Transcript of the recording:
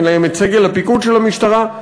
אין להם סגל הפיקוד של המשטרה,